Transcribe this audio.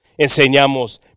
enseñamos